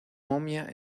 momia